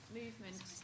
movement